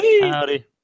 Howdy